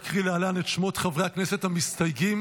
אקריא להלן את שמות חברי הכנסת המסתייגים